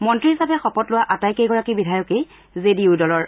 মন্ত্ৰী হিচাপে শপত লোৱাৰ আটাইকেইগৰাকী বিধায়কে জি ডি ইউ দলৰ